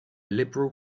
liberal